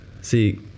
See